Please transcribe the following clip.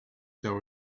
there